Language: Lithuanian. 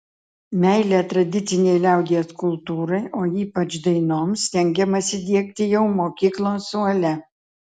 meilę tradicinei liaudies kultūrai o ypač dainoms stengiamasi diegti jau mokyklos suole